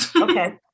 Okay